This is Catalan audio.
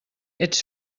ets